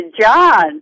John